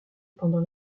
pendant